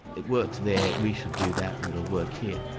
it works there, we should do that and it'll work here.